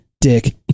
dick